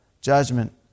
judgment